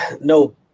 no